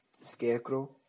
Scarecrow